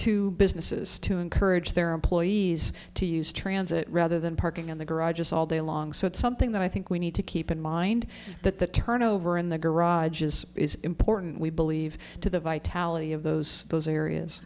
to businesses to encourage their employees to use transit rather than parking in the garages all day long so it's something that i think we need to keep in mind that the turnover in the garage is important we believe to the vitality of those those areas